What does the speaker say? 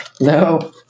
No